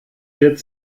wird